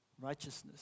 Righteousness